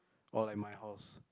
or like my house